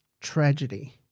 tragedy